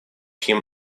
him